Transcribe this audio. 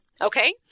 Okay